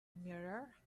mirror